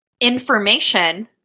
information